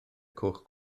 cwch